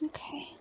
Okay